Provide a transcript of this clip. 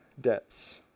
debts